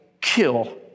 kill